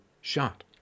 shot